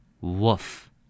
Woof